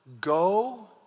Go